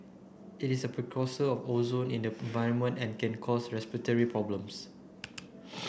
it is a precursor of ozone in the environment and can cause respiratory problems